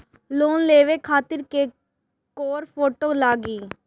Loan लेवे खातिर कै गो फोटो लागी?